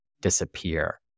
disappear